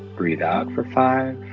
breathe out for five.